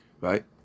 right